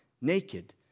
naked